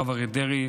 הרב אריה דרעי,